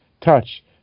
touch